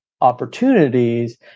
opportunities